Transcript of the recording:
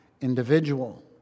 individual